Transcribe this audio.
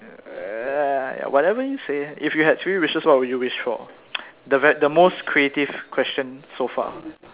err whatever you say if you had three wishes what would you wish for the v~ the most creative question so far